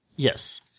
Yes